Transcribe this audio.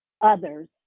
others